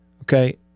Okay